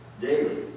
daily